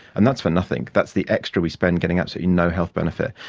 and that's for nothing, that's the extra we spent getting absolutely no health benefit.